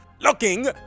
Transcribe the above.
looking